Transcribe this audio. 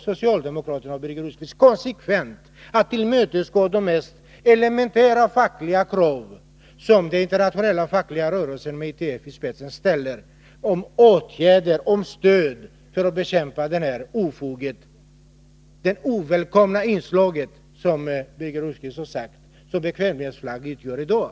Socialdemokraterna och Birger Rosqvist vägrar alltså konsekvent att tillmötesgå det mest elementära fackliga krav som den internationella fackliga rörelsen med ITF i spetsen ställer beträffande stöd för att bekämpa det ovälkomna inslag — som Birger Rosqvist har sagt — som bekvämlighetsflagg utgör i dag.